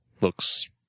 looks